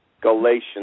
Galatians